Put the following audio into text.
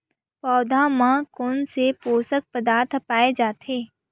पौधा मा कोन से पोषक पदार्थ पाए जाथे?